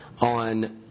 on